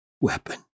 weapon